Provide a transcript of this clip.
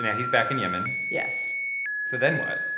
yeah he's back in yemen yes so then what?